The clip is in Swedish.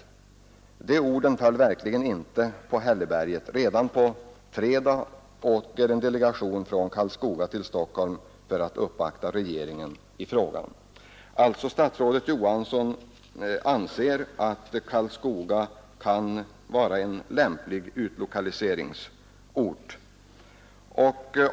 De orden föll verkligen inte på hälleberget. Redan på fredag åker en delegation från Karlskoga till Stockholm för att uppvakta regeringen i frågan.” Statsrådet Johansson anser alltså att Karlskoga kan vara en lämplig utlokaliseringsort.